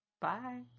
bye